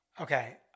Okay